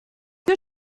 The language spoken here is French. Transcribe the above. que